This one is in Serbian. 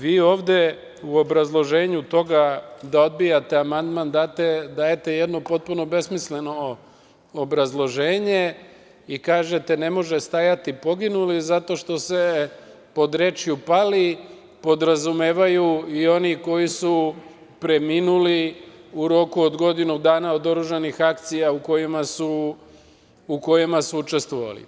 Vi ovde u obrazloženju toga da odbijate amandman dajete jednu potpuno besmisleno obrazloženje i kažete - ne može stajati poginuli zato što se pod rečju pali podrazumevaju i oni koji su preminuli u roku od godinu dana od oružanih akcija u kojima su učestvovali.